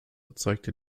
erzeugte